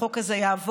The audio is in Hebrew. החוק הזה יעבור.